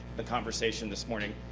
the conversation this morning,